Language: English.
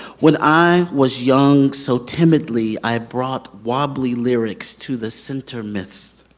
when i was young so timidly i brought wobbly lyrics to the center mist.